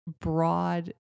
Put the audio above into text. broad